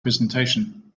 presentation